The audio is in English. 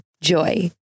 JOY